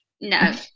no